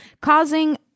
causing